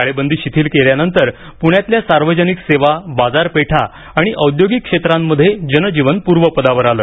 टाळेबंदी शिथील केल्यानंतर पुण्यातल्या सार्वजनिक सेवा बाजारपेठा आणि औद्योगिक क्षेत्रांमध्ये जनजीवन पूर्वपदावर आले